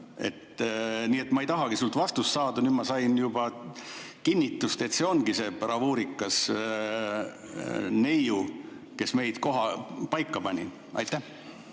Nii et ma ei tahagi sinult vastust saada. Nüüd ma sain juba kinnitust, et see ongi see bravuurikas neiu, kes meid kohe paika pani. Hea